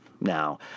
Now